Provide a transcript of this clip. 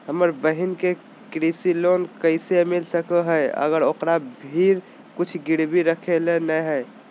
हमर बहिन के कृषि लोन कइसे मिल सको हइ, अगर ओकरा भीर कुछ गिरवी रखे ला नै हइ?